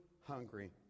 hungry